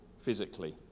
physically